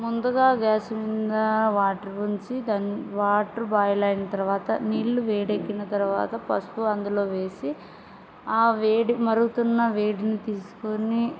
ముందుగా గ్యాస్ మీద వాటర్ ఉంచి దాని వాటర్ బాయిల్ అయిన తర్వాత నీళ్లుు వేడెక్కిన తర్వాత పసుపు అందులో వేసి ఆ వేడి మరుగుతున్న వేడిని తీసుకొని